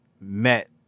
met